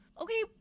Okay